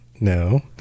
no